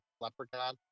leprechaun